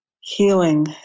Healing